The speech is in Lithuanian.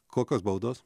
kokios baudos